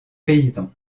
paysan